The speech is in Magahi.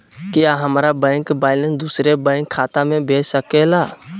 क्या हमारा बैंक बैलेंस दूसरे बैंक खाता में भेज सके ला?